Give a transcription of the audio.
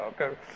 okay